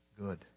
good